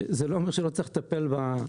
זה לא אומר שלא צריך לטפל בנושא,